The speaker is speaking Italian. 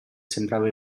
sembrava